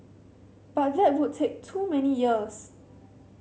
but that would take too many years